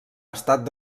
estat